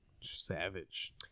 Savage